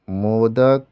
modak